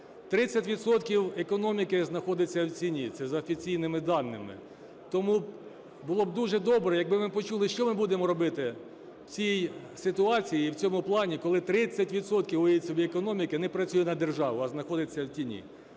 економіки знаходиться в тіні - це за офіційними даними. Тому було б дуже добре, якби ми почули, що ми будемо робити в цій ситуації і в цьому плані, коли 30 відсотків, уявіть собі, економіки не працює на державу, а знаходиться в тіні.